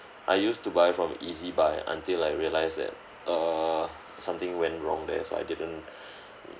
I used to buy from E_Z_buy until I realised that err something went wrong there so I didn't